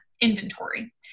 inventory